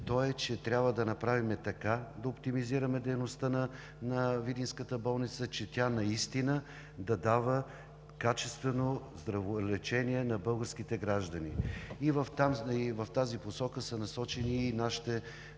то е, че трябва да направим така, да оптимизираме дейността на видинската болница, че тя наистина да дава качествено здраволечение на българските граждани. В тази посока са насочени и нашите